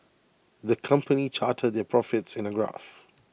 the company charted their profits in A graph